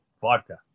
vodka